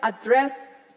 address